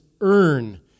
earn